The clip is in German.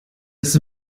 das